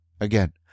Again